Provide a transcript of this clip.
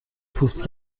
پوست